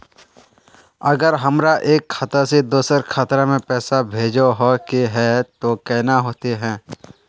अगर हमरा एक खाता से दोसर खाता में पैसा भेजोहो के है तो केना होते है?